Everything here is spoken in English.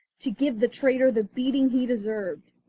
to give the traitor the beating he deserved.